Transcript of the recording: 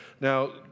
Now